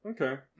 okay